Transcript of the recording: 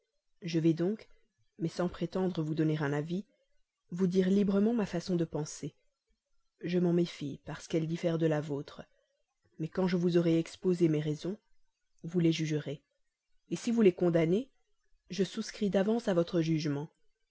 je vais donc mais sans prétendre vous donner un avis vous dire librement ma façon de penser je m'en méfie parce qu'elle diffère de la vôtre mais quand je vous aurai exposé mes raisons vous les jugerez si vous les condamnez je souscris d'avance à votre jugement